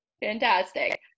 Fantastic